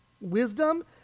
Wisdom